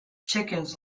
chickens